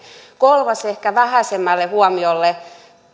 kolmas ehkä vähäisemmälle huomiolle